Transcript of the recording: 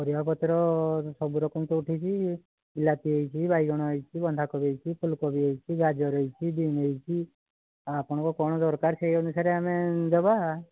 ପରିବା ପତ୍ର ସବୁ ରକମ ତ ଉଠିଛି ବିଲାତି ହୋଇଛି ବାଇଗଣ ହୋଇଛି ବନ୍ଧାକୋବି ହୋଇଛି ଫୁଲକୋବି ହୋଇଛି ଗାଜର ହୋଇଛି ବିନ୍ ହୋଇଛି ଆପଣଙ୍କର କ'ଣ ଦରକାର ସେଇ ଅନୁସାରେ ଆମେ ଦେବା